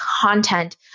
content